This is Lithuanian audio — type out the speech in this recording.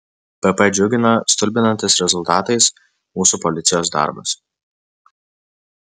pp džiugina stulbinantis rezultatais mūsų policijos darbas